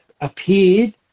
appeared